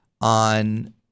on –